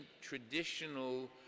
traditional